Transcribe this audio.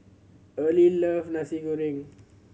Early love Nasi Goreng